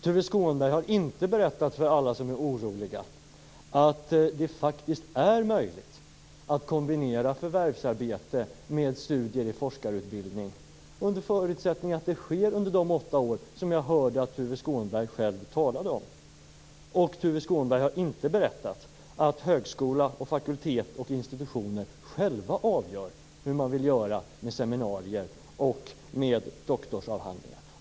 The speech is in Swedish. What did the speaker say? Tuve Skånberg har inte för alla dem som är oroliga berättat att det faktiskt är möjligt att kombinera förvärvsarbete med studier i forskarutbildning under förutsättning att det sker under de åtta år som jag hörde att Tuve Skånberg själv talade om. Tuve Skånberg har inte heller berättat att högskola, fakultet och institutioner själva avgör hur man vill göra med seminarierna och med doktorsavhandlingarna.